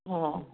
ꯑꯣ